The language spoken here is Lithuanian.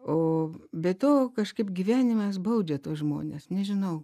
o be to kažkaip gyvenimas baudžia tuos žmones nežinau